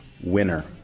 winner